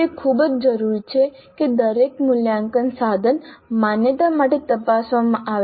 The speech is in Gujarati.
તે ખૂબ જ જરૂરી છે કે દરેક મૂલ્યાંકન સાધન માન્યતા માટે તપાસવામાં આવે